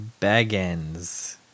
Baggins